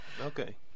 Okay